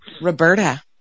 Roberta